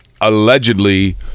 allegedly